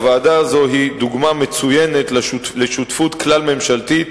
הוועדה הזאת היא דוגמה מצוינת לשותפות כלל-ממשלתית